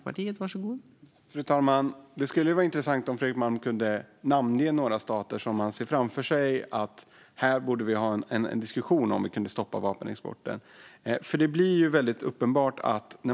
Fru talman! Det skulle vara intressant om Fredrik Malm kunde namnge några stater där han ser framför sig att vi borde ha en diskussion om vi kan stoppa vapenexporten. Det blir uppenbart.